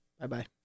bye-bye